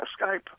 Skype